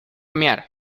mear